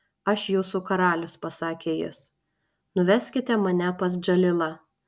aš jūsų karalius pasakė jis nuveskite mane pas džalilą